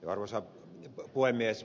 arvoisa puhemies